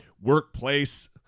workplace